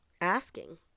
asking